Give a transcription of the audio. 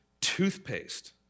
toothpaste